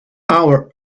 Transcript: our